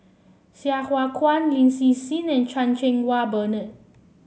Sai Hua Kuan Lin Hsin Hsin and Chan Cheng Wah Bernard